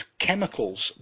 chemicals